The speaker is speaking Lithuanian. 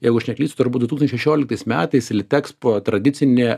jeigu aš neklystu turbūt du tūkstančiai šešioliktais metais litexpo tradicinė